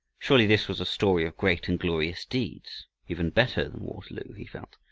surely this was a story of great and glorious deeds, even better than waterloo, he felt.